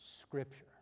scripture